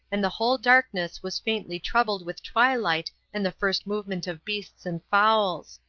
and the whole darkness was faintly troubled with twilight and the first movement of beasts and fowls.